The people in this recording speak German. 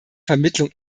vermittlung